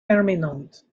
permanente